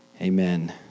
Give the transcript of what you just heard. Amen